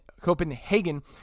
Copenhagen